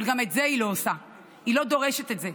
אבל גם את זה היא לא עושה, היא לא דורשת את זה.